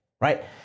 right